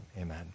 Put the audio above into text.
amen